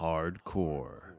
Hardcore